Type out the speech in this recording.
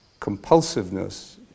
compulsiveness